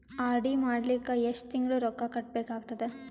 RD ಮಾಡಲಿಕ್ಕ ಎಷ್ಟು ತಿಂಗಳ ರೊಕ್ಕ ಕಟ್ಟಬೇಕಾಗತದ?